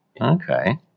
Okay